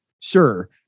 sure